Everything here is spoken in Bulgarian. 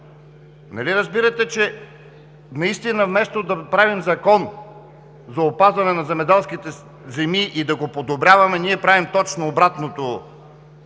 Нали разбирате, че наистина вместо да направим Закон за опазване на земеделските земи и да го подобряваме, ние правим точно обратното –